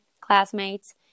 classmates